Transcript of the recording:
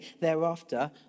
thereafter